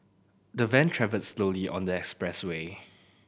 the van travelled slowly on the expressway